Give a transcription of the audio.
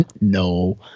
no